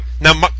now